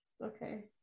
okay